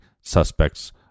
suspects